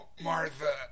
Martha